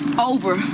over